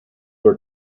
were